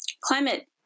climate